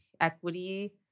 equity